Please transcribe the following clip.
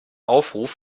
aufruf